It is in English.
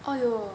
!aiyo!